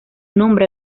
nombre